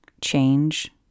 Change